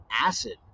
acid